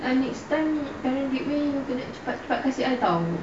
and it's